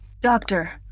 Doctor